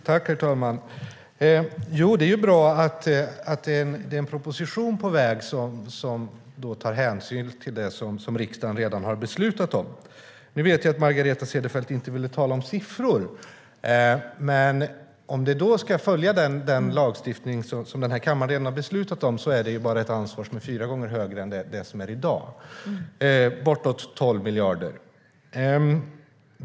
Herr talman! Det är ju bra att en proposition är på väg som tar hänsyn till det som riksdagen redan har beslutat om. Jag vet att Margareta Cederfelt inte ville tala om siffror, men om det här ska följa den lagstiftning som kammaren redan har beslutat om är det ett ansvar som bara är fyra gånger högre än det som råder i dag, bortåt 12 miljarder.